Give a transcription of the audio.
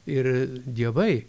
ir dievai